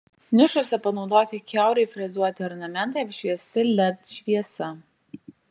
nišose panaudoti kiaurai frezuoti ornamentai apšviesti led šviesa